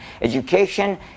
Education